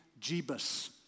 Jebus